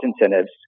incentives